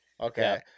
Okay